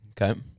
Okay